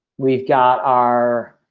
we've got our.